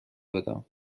بدم